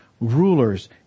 rulers